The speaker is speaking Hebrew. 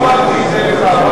לא אמרתי את זה לך.